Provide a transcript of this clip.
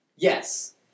Yes